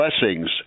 blessings